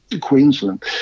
queensland